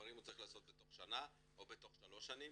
דברים הוא צריך לעשות בתוך שנה או בתוך שלוש שנים.